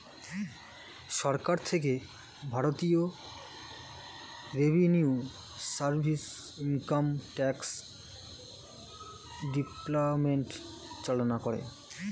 সরকার থেকে ভারতীয় revenue service, income tax department চালনা করে